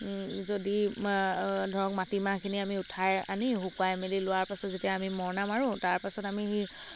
যদি ধৰক মাটিমাহখিনি আমি উঠাই আমি শুকুৱাই মেলি লোৱাৰ পিছত যেতিয়া আমি মৰণা মাৰোঁ তাৰপিছত আমি সেই